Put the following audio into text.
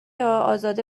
ها؟ ازاده